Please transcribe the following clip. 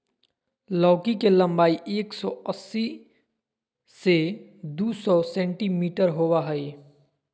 लौकी के लम्बाई एक सो अस्सी से दू सो सेंटीमिटर होबा हइ